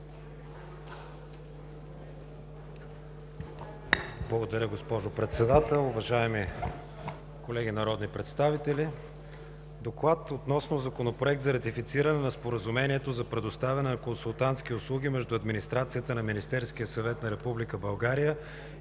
Благодаря, госпожо Председател. Уважаеми колеги народни представители! „Доклад относно Законопроект за ратифициране на Споразумението за предоставяне на консултантски услуги между администрацията на Министерския съвет на Република България и Международната банка за